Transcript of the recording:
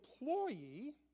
employee